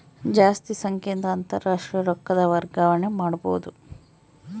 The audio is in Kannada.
ಜಾಸ್ತಿ ಸಂಖ್ಯೆಯಿಂದ ಅಂತಾರಾಷ್ಟ್ರೀಯ ರೊಕ್ಕದ ವರ್ಗಾವಣೆ ಮಾಡಬೊದು